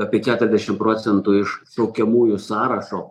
apie keturiasdešimt procentų iš šaukiamųjų sąrašo